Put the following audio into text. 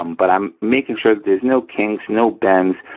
um but i'm making sure that there's no kinks, no bends,